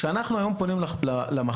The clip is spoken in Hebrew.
כשאנחנו היום פונים למחוז,